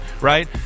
Right